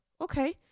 Okay